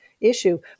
issue